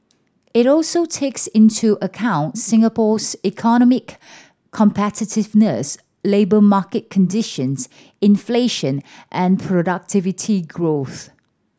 it also takes into account Singapore's economic competitiveness labour market conditions inflation and productivity growth